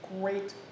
great